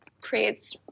creates